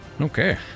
Okay